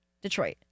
Detroit